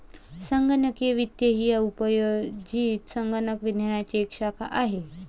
संगणकीय वित्त ही उपयोजित संगणक विज्ञानाची एक शाखा आहे